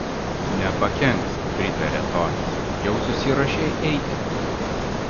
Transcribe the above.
nepakenks pritarė tonis jau susiruošei eiti